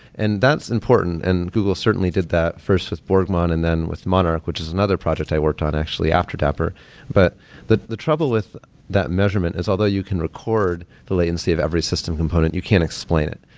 and that's important, and google certainly did that first with borgmon and then with monarch, which is another project i worked on actually after dapper but the the trouble with that measurement is although you can record the latency of every system component, you can't explain it.